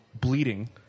bleeding